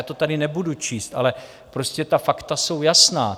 Já to tady nebudu číst, ale prostě ta fakta jsou jasná.